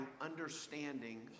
understanding